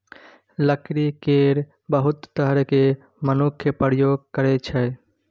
लकड़ी केर बहुत तरहें मनुख प्रयोग करै छै